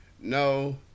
no